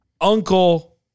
Uncle